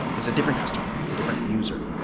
it's a different customer. it's a different user.